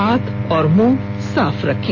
हाथ और मुंह साफ रखें